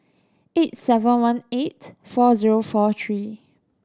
eight seven one eight four zero four three